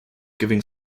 giving